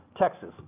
Texas